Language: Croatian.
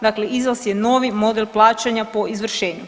Dakle, iznos je novi model plaćanja po izvršenju.